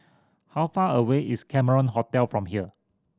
how far away is Cameron Hotel from here